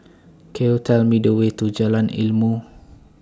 Could YOU Tell Me The Way to Jalan Ilmu